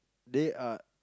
they are